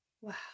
Wow